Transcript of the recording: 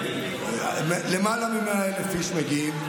למעלה מ-100,000 איש מגיעים,